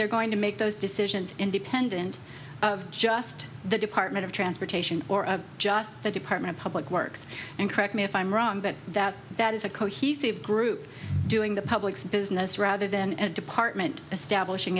they're going to make those decisions independent of just the department of transportation or just the department of public works and correct me if i'm wrong but that that is a cohesive group doing the public's business rather than at department establishing